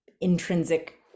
intrinsic